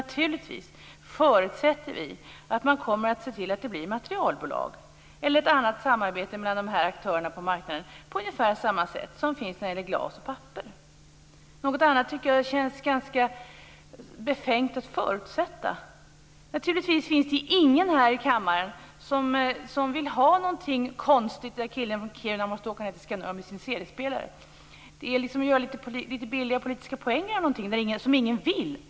Naturligtvis förutsätter vi att man kommer att se till att materialbolag bildas eller att något annat samarbete kommer till stånd mellan aktörerna på marknaden på ungefär samma sätt som finns för glas och papper. Något annat tycker jag känns ganska befängt att förutsätta. Naturligtvis finns det ingen här i kammaren som vill ha något konstigt i stil med att killen från Kiruna måste åka ned till Skanör med sin CD-spelare. Det är att göra litet billiga politiska poäng av något som ingen vill ha.